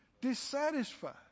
dissatisfied